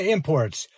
Imports